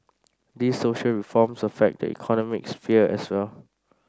these social reforms affect the economic sphere as well